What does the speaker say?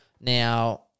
Now